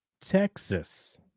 Texas